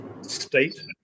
state